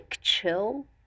chill